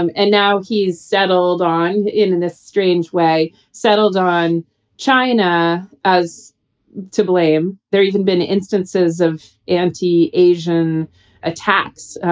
um and now he's settled on in in a strange way, settled on china as to blame. there's even been instances of anti asian attacks.